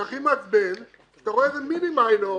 הכי מעצבן כשאתה רואה איזו מיני-מיינור